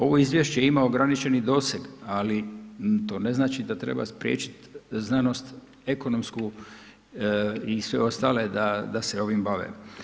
Ovo izvješće ima ograničeni doseg, ali to ne znači da treba spriječiti znanost ekonomsku i sve ostale da se ovim bave.